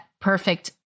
perfect